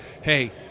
hey